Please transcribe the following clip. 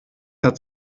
hat